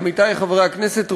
עמיתי חברי הכנסת,